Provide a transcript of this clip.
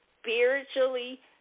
Spiritually